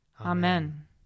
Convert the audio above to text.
Amen